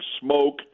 smoke